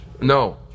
no